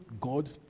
God